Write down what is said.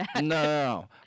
no